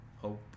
hope